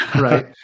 right